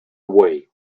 away